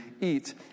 eat